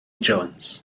jones